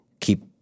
keep